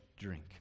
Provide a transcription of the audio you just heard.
drink